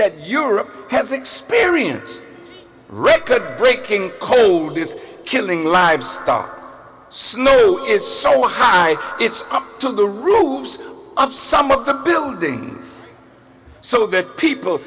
that europe has experience record breaking cold this killing livestock snow is so high it's up to the roofs of some of the buildings so that people